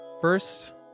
First